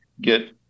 get